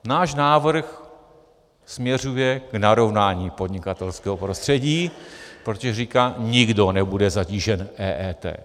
Náš návrh směřuje k narovnání podnikatelského prostředí, protože říká: nikdo nebude zatížen EET.